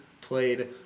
played